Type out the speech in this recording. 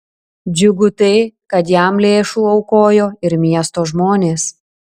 džiugu tai kad jam lėšų aukojo ir miesto žmonės